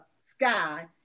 sky